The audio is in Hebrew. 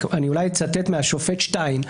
אולי אני אצטט מהשופט שטיין,